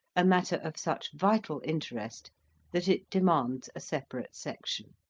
a matter of such vital interest that it demands a separate section.